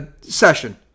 session